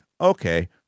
okay